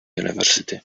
university